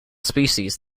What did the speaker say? species